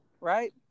Right